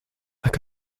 could